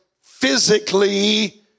physically